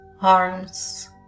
arms